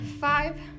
five